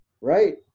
right